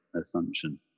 assumption